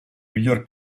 miglior